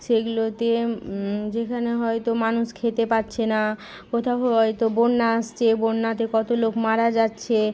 সেগুলোতে যেখানে হয়তো মানুষ খেতে পাচ্ছে না কোথাও হয়তো বন্যা আসছে বন্যাতে কত লোক মারা যাচ্ছে